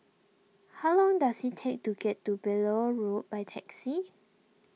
how long does it take to get to Beaulieu Road by taxi